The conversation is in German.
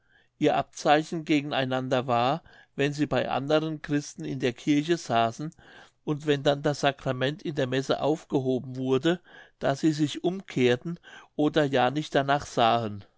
ihr abzeichen gegen einander war wenn sie bei anderen christen in der kirche saßen und wenn dann das sacrament in der messe aufgehoben wurde daß sie sich umkehrten oder ja nicht danach sahen